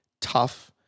tough